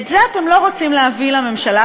את זה אתם לא רוצים להביא לממשלה,